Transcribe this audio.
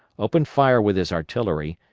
open fire with his artillery,